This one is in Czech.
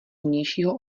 vnějšího